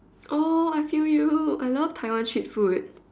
oh I feel you I love Taiwan street food